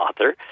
author